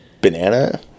banana